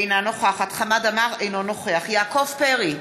אינה נוכחת חמד עמאר, אינו נוכח יעקב פרי,